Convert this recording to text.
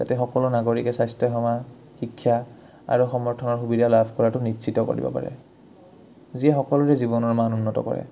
যাতে সকলো নাগৰিকে স্বাস্থ্য সেৱা শিক্ষা আৰু সমৰ্থনৰ সুবিধা লাভ কৰাটো নিশ্চিত কৰিব পাৰে যিয়ে সকলোৰে জীৱনৰ মান উন্নত কৰে